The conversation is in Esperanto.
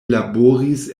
laboris